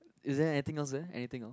is there anything else there anything else